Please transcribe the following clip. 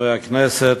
חברי הכנסת,